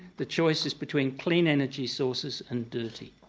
the choice is between clean energy sources and dirty.